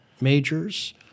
majors